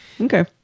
Okay